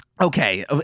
okay